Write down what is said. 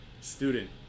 student